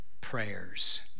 prayers